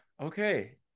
Okay